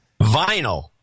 Vinyl